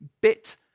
bit